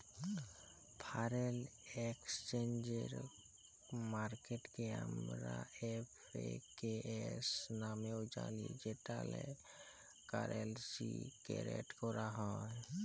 foreign exchange মার্কেটকে আমরা এফ.এ.কে.এস লামেও জালি যেখালে কারেলসি টেরেড ক্যরা হ্যয়